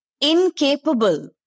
incapable